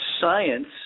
science